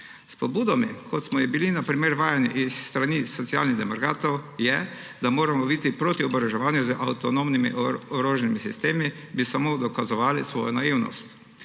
S pobudami, kot smo jih bili na primer vajeni s strani Socialnih demokratov, da moramo biti proti oboroževanju z avtonomnimi orožnimi sistemi, bi samo dokazovali svojo naivnost.